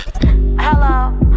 Hello